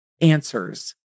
answers